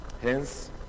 Hence